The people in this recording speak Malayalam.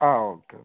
ആ ഓക്കെ ഓക്കെ